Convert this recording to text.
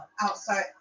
outside